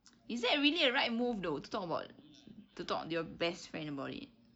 is that really a right move though to talk about to talk to your best friend about it